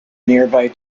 nearby